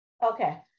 Okay